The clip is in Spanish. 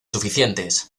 suficientes